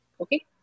Okay